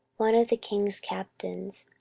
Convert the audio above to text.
one of the king's captains.